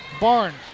Barnes